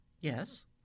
Yes